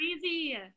crazy